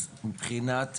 אז מבחינת